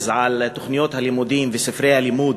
על תוכניות הלימודים וספרי הלימוד,